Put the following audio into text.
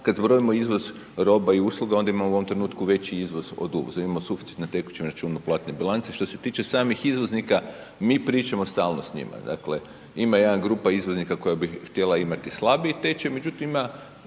kad zbrojimo izvoz roba i usluga onda imamo u ovom trenutku veći izvoz od uvoza, imamo suficit na tekućem računu platne bilance. Što se tiče samih izvoznika mi pričamo stalno s njima. Dakle, ima jedna izvoznika koja bi htjela imati slabiji tečaj, međutim ima